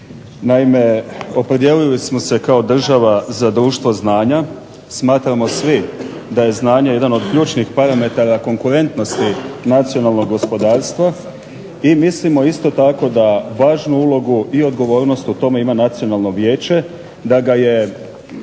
Naime opredijelili smo se kao država za društvo znanja, smatramo svi da je znanje jedan od ključnih parametara konkurentnosti nacionalnog gospodarstva i mislimo isto tako da važnu ulogu i odgovornost u tome ima Nacionalno vijeće. Da ga je